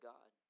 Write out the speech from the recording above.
God